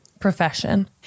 profession